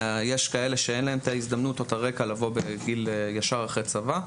יש כאלה שאין להם את ההזדמנות או את הרקע לבוא ישר אחרי צבא.